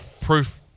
proof